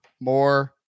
more